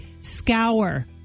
scour